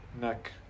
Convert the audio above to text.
neck